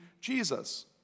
Jesus